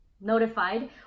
notified